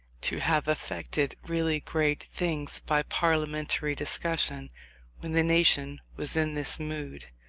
to have effected really great things by parliamentary discussion when the nation was in this mood.